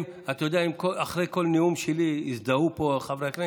אם אחרי כל נאום שלי יזדהו פה חברי הכנסת,